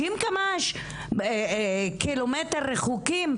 - 50 קילומטר רחוקים.